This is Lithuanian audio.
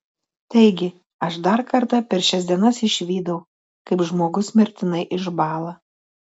taigi aš dar kartą per šias dienas išvydau kaip žmogus mirtinai išbąla